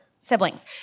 siblings